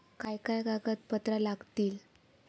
काय काय कागदपत्रा लागतील?